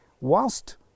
whilst